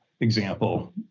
Example